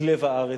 היא לב הארץ.